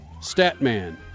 Statman